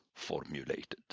formulated